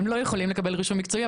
הם לא יכולים לקבל רישום מקצועי,